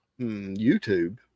YouTube